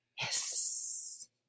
Yes